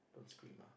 don't scream ah